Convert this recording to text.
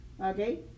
okay